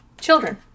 Children